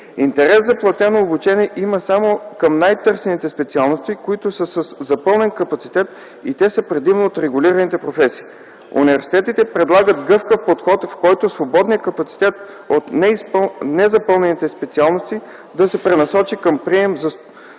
Интерес за платено обучение има само към най-търсените специалности, които са със запълнен капацитет и те са предимно от регулираните професии. Университетите предлагат гъвкав подход, в който свободният капацитет от незапълнени специалности да се пренасочи към прием на студенти